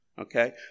Okay